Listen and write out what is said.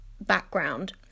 background